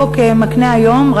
החוק מקנה היום,